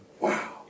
Wow